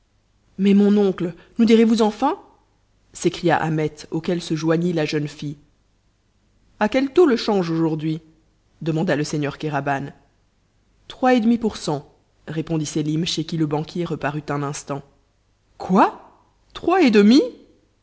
mais mon oncle nous direz-vous enfin s'écria ahmet auquel se joignit la jeune fille a quel taux le change aujourd'hui demanda le seigneur kéraban trois et demi pour cent répondit sélim chez qui le banquier reparut un instant quoi trois et demi